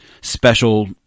special